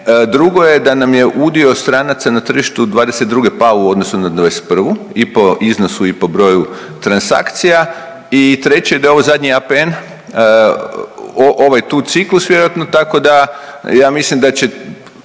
Drugo je da nam je udio stranaca na tržištu '22. pao u odnosu na '21. i po iznosu i po broju transakcija i treće da je ovo zadnji APN ovaj tru ciklus tako da ja mislim da će